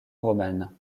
romane